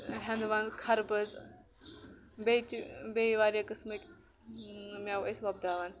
ہیندونٛد کھربوٗز بیٚیہِ تہِ بیٚیہِ واریاہ قٔسمٕکۍ میوٕ ٲسۍ وۄپداوان